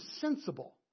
sensible